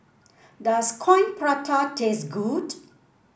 does Coin Prata taste good